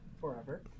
Forever